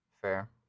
Fair